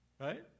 Right